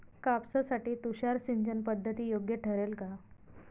कापसासाठी तुषार सिंचनपद्धती योग्य ठरेल का?